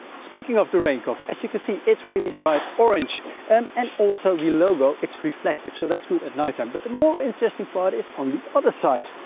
speaking of the rain cover, as you can see, it's really bright orange and, and also the logo, it's reflective, so that's good at nighttime. but the more interesting part is on the other side.